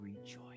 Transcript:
rejoice